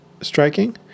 striking